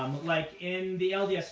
like in the lds